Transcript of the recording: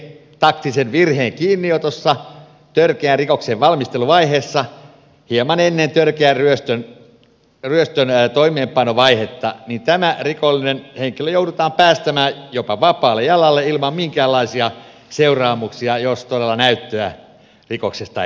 jos poliisi esimerkiksi tekee taktisen virheen kiinniotossa törkeän rikoksen valmisteluvaiheessa hieman ennen törkeän ryöstön toimeenpanovaihetta niin tämä rikollinen henkilö joudutaan päästämään jopa vapaalle jalalle ilman minkäänlaisia seuraamuksia jos todella näyttöä rikoksesta ei ole